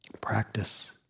Practice